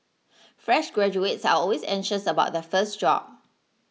fresh graduates are always anxious about their first job